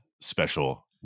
special